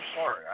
sorry